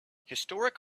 historic